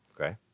Okay